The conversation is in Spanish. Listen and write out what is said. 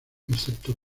excepto